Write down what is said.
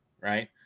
right